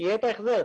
שיהיה את ההחזר.